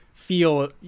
Feel